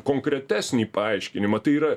konkretesnį paaiškinimą tai yra